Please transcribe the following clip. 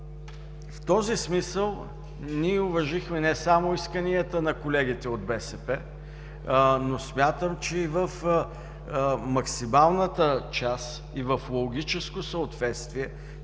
В този смисъл ние уважихме не само исканията на колегите от БСП, но смятам, че и в максималната част, и в тяхното логическо съответствие